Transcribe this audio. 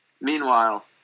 Meanwhile